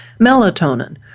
melatonin